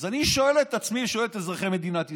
אז אני שואל את עצמי, שואל את אזרחי מדינת ישראל: